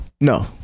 No